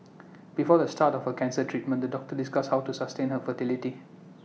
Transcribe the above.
before the start of her cancer treatment the doctors discussed how to sustain her fertility